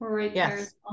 yes